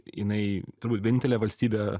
jinai turbūt vienintelė valstybė